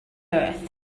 earth